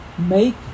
make